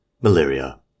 Malaria